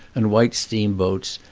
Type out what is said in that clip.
and white steamboats,